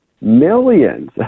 millions